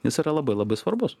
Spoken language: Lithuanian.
jis yra labai labai svarbus